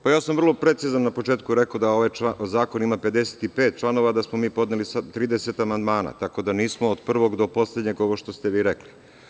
Pa, ja sam vrlo precizno na početku rekao da ovaj zakon ima 55 članova, a da smo mi podneli samo 30 amandmana, tako da nismo od prvog do poslednjeg, ovo što ste vi rekli.